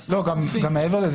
גם מעבר לזה,